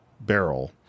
barrel